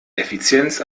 effizienz